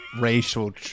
racial